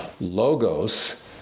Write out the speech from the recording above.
Logos